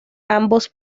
ambos